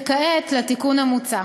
וכעת לתיקון המוצע.